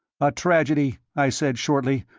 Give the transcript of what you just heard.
a tragedy, i said, shortly.